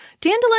Dandelion